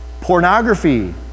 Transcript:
pornography